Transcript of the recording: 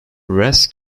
res